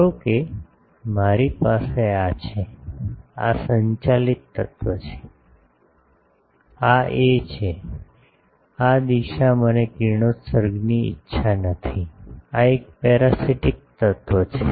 ધારો કે મારી પાસે આ છે આ સંચાલિત તત્વ છે આ એ છે આ દિશા મને કિરણોત્સર્ગની ઇચ્છા નથી આ એક પેરાસિટિક તત્વ છે